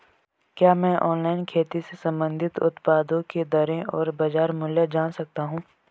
क्या मैं ऑनलाइन खेती से संबंधित उत्पादों की दरें और बाज़ार मूल्य जान सकता हूँ?